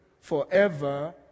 forever